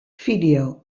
fideo